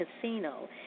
Casino